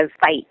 fight